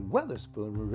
Weatherspoon